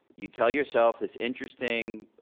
you tell yourself this interesting,